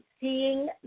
seeing